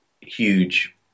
huge